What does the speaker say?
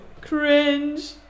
cringe